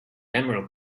emerald